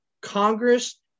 Congress